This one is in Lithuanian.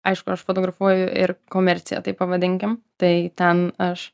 aišku aš fotografuoju ir komerciją taip pavadinkim tai ten aš